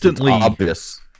obvious